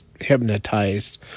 hypnotized